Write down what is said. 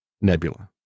Nebula